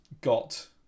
got